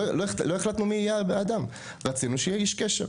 לא החלטנו מי יהיה האדם, רצינו שיהיה איש קשר.